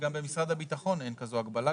ה --- נראה לי שגם במשרד הביטחון אין כזו הגבלה,